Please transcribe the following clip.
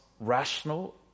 rational